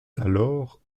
alors